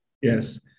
Yes